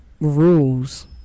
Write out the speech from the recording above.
rules